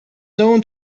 known